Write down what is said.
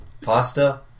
Pasta